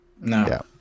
No